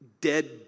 dead